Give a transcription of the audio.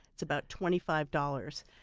it's about twenty five dollars.